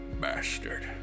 bastard